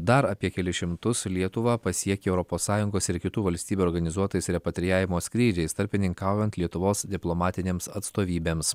dar apie kelis šimtus lietuvą pasiekė europos sąjungos ir kitų valstybių organizuotais repatrijavimo skrydžiais tarpininkaujant lietuvos diplomatinėms atstovybėms